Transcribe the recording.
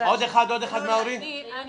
עוד אחד מההורים, בבקשה.